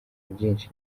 byinshi